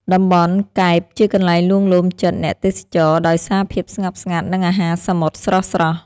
តំបន់កែបជាកន្លែងលួងលោមចិត្តអ្នកទេសចរដោយសារភាពស្ងប់ស្ងាត់ និងអាហារសមុទ្រស្រស់ៗ។